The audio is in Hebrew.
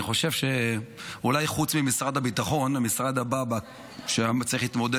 חוץ ממשרד הביטחון אולי המשרד הבא שהיה צריך להתמודד